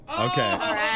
Okay